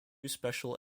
special